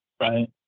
Right